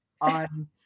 on